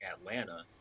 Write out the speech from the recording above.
Atlanta